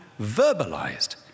verbalized